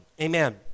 Amen